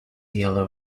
yellow